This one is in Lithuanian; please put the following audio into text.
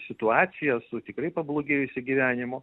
situacija su tikrai pablogėjusiu gyvenimu